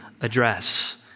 address